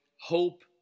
hope